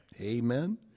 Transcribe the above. Amen